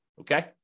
Okay